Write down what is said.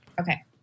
Okay